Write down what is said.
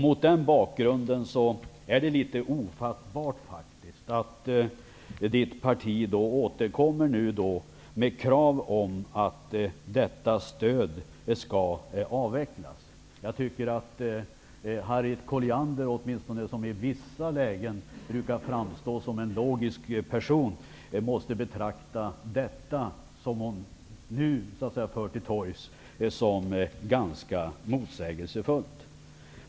Mot denna bakgrund är det nästan ofattbart att Harriet Collianders parti nu återkommer med krav på att detta stöd skall avvecklas. Jag tycker att Harriet Colliander, som åtminstone i vissa lägen brukar framstå som en logisk person, måste betrakta det om hon nu för till torgs som ganska motsägelsefullt.